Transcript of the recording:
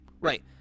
Right